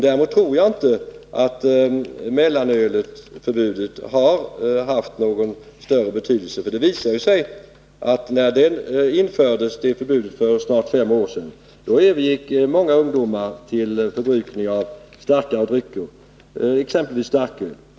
Däremot tror jag inte att mellanölsförbudet har haft någon större betydelse, för det visar sig att när det förbudet infördes för snart fem år sedan övergick många ungdomar till förbrukning av starkare drycker, exempelvis starköl.